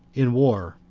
in war